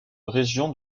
région